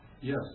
Yes